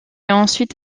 ensuite